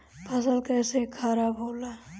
फसल कैसे खाराब होला?